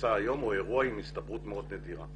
שנמצא היום, הוא אירוע עם הסתברות מאוד נדירה.